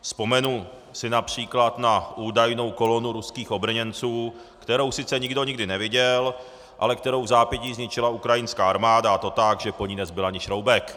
Vzpomenu si např. na údajnou kolonu ruských obrněnců, kterou sice nikdo nikdy neviděl, ale kterou vzápětí zničila ukrajinská armáda, a to tak, že po ní nezbyl ani šroubek.